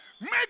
make